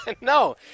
No